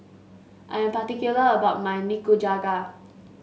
I am particular about my Nikujaga